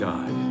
God